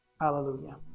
Hallelujah